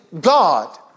God